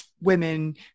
women